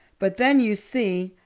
but then, you see,